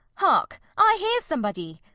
hark! i hear somebody.